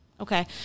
okay